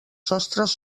sostres